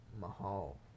Mahal